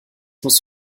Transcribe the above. muss